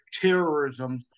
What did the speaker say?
terrorism